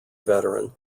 veteran